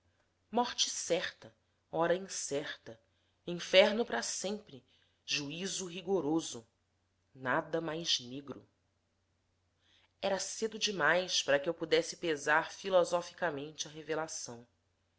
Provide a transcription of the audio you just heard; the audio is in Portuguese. morte certa hora incerta inferno para sempre juízo rigoroso nada mais negro era cedo demais para que eu pudesse pesar filosoficamente a revelação